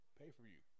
pay-for-you